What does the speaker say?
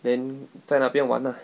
then 在那边玩啊